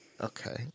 Okay